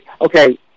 okay